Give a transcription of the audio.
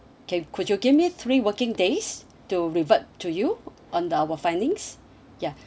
can could you give me three working days to revert to you on the our findings ya